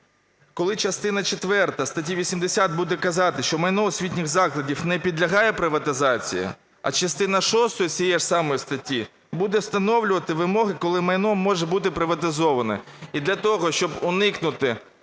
Коли частина четверта статті 80 буде казати, що майно освітніх закладів не підлягає приватизації, а частина шоста цієї ж самої статті буде встановлювати вимоги, коли майно може бути приватизоване. І для того, щоб уникнути